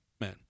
man